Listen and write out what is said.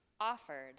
offered